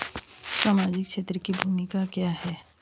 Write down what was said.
सामाजिक क्षेत्र की भूमिका क्या है?